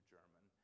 German